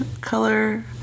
color